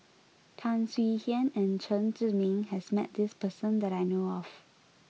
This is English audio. Tan Swie Hian and Chen Zhiming has met this person that I know of